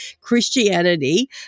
Christianity